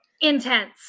intense